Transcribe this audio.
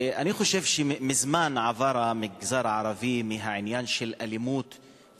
אני חושב שכבר מזמן עבר המגזר הערבי מאלימות שהיא